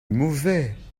mauvais